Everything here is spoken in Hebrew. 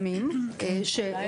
סמי, אולי